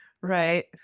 Right